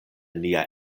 nia